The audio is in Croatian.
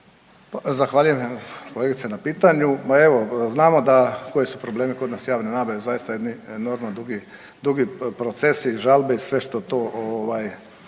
Zahvaljujem kolegice na pitanju. Ma evo znamo koji su problemi kod nas javne nabave zaista enormno dugi procesi žalbe i sve što to